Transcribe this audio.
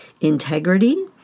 integrity